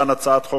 הצעת חוק